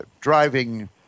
driving